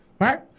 Right